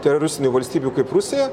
teroristinių valstybių kaip rusija